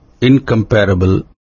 incomparable